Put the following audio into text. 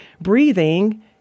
breathing